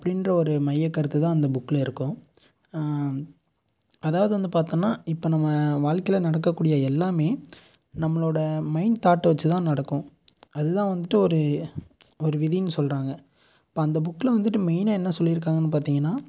அப்படின்ற ஒரு மைய கருத்துதான் அந்த புக்கில் இருக்கும் அதாவது வந்து பார்த்தோனா இப்போ நம்ம வாழ்க்கைல நடக்க கூடிய எல்லாமே நம்மளோட மைண்ட் தாட் வைச்சுதான் நடக்கும் அதுதான் வந்துட்டு ஒரு ஒரு விதினு சொல்கிறாங்க இப்போ அந்த புக்கில் வந்துட்டு மெய்னாக என்ன சொல்லியிருக்காங்கனு பார்த்தீங்கனா